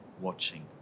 watching